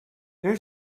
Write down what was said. there